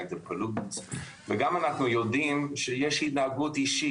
ואנחנו גם יודעים שיש התנהגות אישית